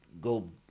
go